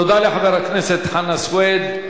תודה לחבר הכנסת חנא סוייד.